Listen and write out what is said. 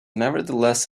nevertheless